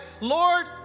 Lord